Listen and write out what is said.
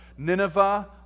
Nineveh